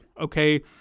Okay